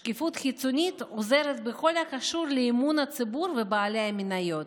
שקיפות חיצונית עוזרת בכל הקשור לאמון הציבור ובעלי המניות.